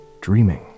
Dreaming